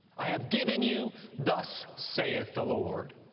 i have given you thus saith the lord.